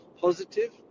positive